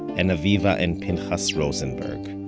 and aviva and pinchas rosenberg.